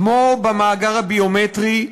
כמו במאגר הביומטרי,